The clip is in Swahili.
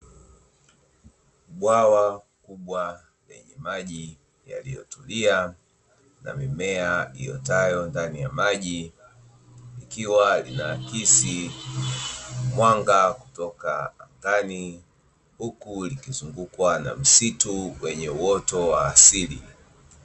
Bwawa kubwa lenye maji yaliyotulia na mimea iotayo ndani ya maji ikiwa, linaakisi mwanga kutoka mbinguni huku likizungukwa na msitu wenye uoto wa asili.